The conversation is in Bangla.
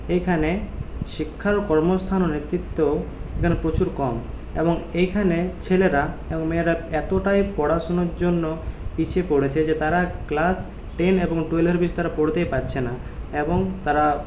এইখানে শিক্ষার কর্মস্থান ও নেতৃত্ব এখানে প্রচুর কম এবং এইখানে ছেলেরা এবং মেয়েরা এতটাই পড়াশুনোর জন্য পিছিয়ে পড়েছে যে তারা ক্লাস টেন এবং টুয়েলভের বেশি তারা পড়তেই পারছে না এবং তারা